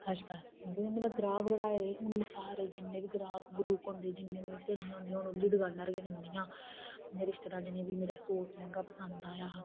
क्योंकि में उंदे गाह्क बधाए दे अजकल हून जिन्ने बी गाह्क बगैरा जिन्नियां मेरी स्हेलियां होंदियां ओह् उंदी दकाना उप्पर गै जंदियां रिश्तेदार जिन्ने बी जिंनेंगी मेरा सूट लैंहंगा पसंद आया हा